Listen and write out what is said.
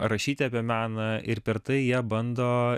rašyti apie meną ir per tai jie bando